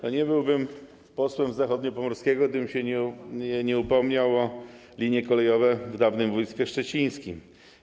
Nie byłbym posłem z Zachodniopomorskiego, gdybym się nie upomniał o linie kolejowe w dawnym województwie szczecińskim.